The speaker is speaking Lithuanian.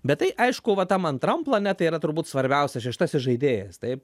bet tai aišku va tam antram plane tai yra turbūt svarbiausia šeštasis žaidėjas taip